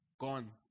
Gone